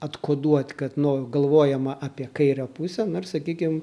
atkoduot kad nu galvojama apie kairę pusę na ir sakykim